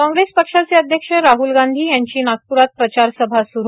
काँग्रेस पक्षाचे अध्यक्ष राहुल गांधी यांची नागपुरात प्रचारसभा सुरू